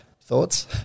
Thoughts